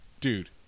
dude